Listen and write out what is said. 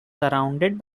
surrounded